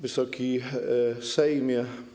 Wysoki Sejmie!